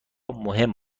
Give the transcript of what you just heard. مهم